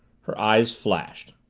her eyes flashed.